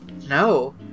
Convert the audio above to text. no